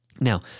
Now